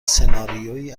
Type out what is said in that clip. سناریویی